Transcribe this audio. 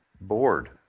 bored